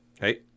hey